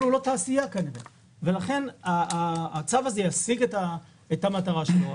הצו הזה ישיג את המטרה שלו.